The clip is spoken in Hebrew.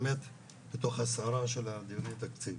באמת בתוך הסערה של הדיוני תקציב.